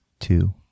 Two